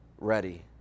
ready